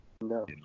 No